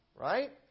right